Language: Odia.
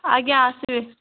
ଆଜ୍ଞା ଆସିବେ